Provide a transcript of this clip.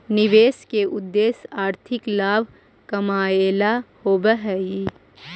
निवेश के उद्देश्य आर्थिक लाभ कमाएला होवऽ हई